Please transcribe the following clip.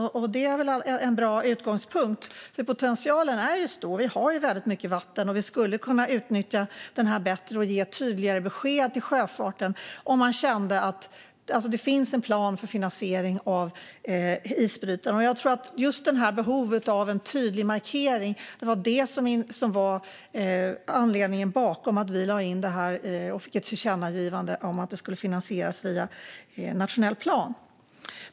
Det är väl en bra utgångspunkt, för potentialen är stor. Vi har väldigt mycket vatten, och vi skulle kunna utnyttja det bättre och ge tydligare besked till sjöfarten om man kände att det finns en plan för finansiering av isbrytarna. Jag tror att just behovet av en tydlig markering var anledningen till att vi lade in det här och fick ett tillkännagivande om att det skulle finansieras via nationell plan.